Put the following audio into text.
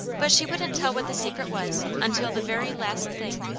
but she wouldn't tell what the secret was until the very last thing.